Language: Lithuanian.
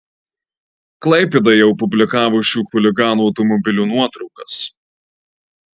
klaipėda jau publikavo šių chuliganų automobilių nuotraukas